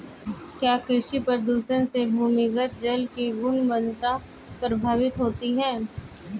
क्या कृषि प्रदूषण से भूमिगत जल की गुणवत्ता प्रभावित होती है?